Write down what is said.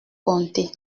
compter